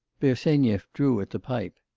bersenyev drew at the pipe